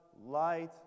light